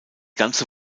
ganze